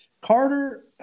Carter